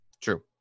True